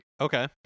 Okay